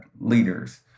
leaders